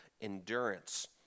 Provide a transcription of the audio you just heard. endurance